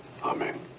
Amen